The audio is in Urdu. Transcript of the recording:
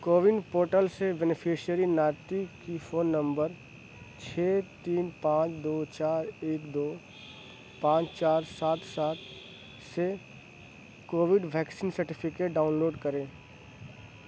کوون پورٹل سے بینیفشیری ناٹی کی فون نمبر چھ تین پانچ دو چار ایک دو پانچ چار سات سات سے COVID vaccine certificate download کریں